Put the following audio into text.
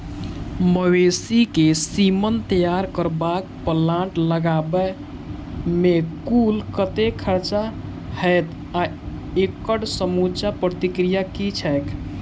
मवेसी केँ सीमन तैयार करबाक प्लांट लगाबै मे कुल कतेक खर्चा हएत आ एकड़ समूचा प्रक्रिया की छैक?